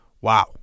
wow